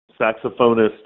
saxophonist